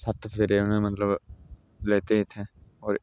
सत्त फेरे उ'नें मतलब लैते हे इ'त्थें होर